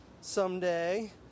someday